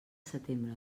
setembre